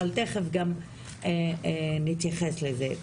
אבל תכף גם נתייחס לזה.